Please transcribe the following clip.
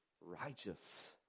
righteous